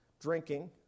drinking